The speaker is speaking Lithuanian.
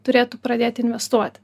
turėtų pradėt investuoti